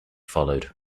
followed